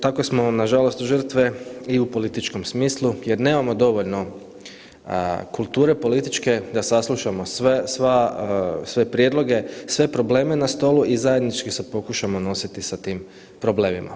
Tako je, tako smo nažalost žrtve i u političkom smislu jer nemamo dovoljno kulture političke da saslušamo sve, sva, sve prijedloge, sve probleme na stolu i zajednički se pokušamo nositi sa tim problemima.